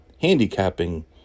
handicapping